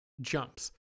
Jumps